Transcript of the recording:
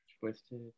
twisted